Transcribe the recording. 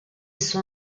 suo